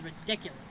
ridiculous